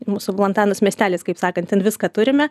mūsų vlantanos miestelis kaip sakant ten viską turime